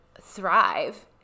thrive